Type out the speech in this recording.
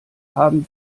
haben